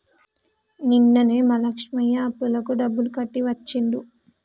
నిన్ననే మా లక్ష్మయ్య అప్పులకు డబ్బులు కట్టి వచ్చిండు